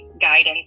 guidance